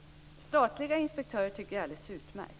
Statliga inspektörer tycker jag är alldeles utmärkt.